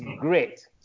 great